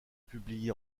publié